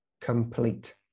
complete